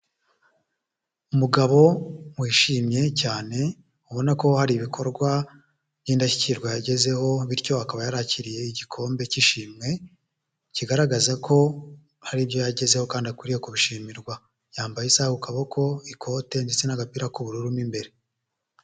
Umugabo wishimye cyane, ubona ko hari ibikorwa by'indashyikirwa yagezeho, bityo akaba yarakiriye igikombe cy'ishimwe, kigaragaza ko hari ibyo yagezeho kandi akwiriye kubishimirwa. Yambaye isaha ku kaboko, ikote ndetse n'agapira k'ubururu mo imbere.